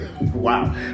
wow